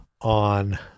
on –